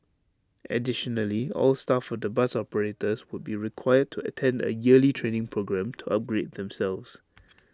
additionally all staff of the bus operators would be required to attend A yearly training programme to upgrade themselves